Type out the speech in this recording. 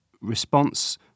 response